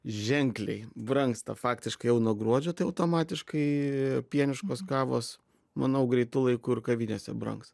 ženkliai brangsta faktiškai jau nuo gruodžio tai automatiškai pieniškos kavos manau greitu laiku ir kavinėse brangs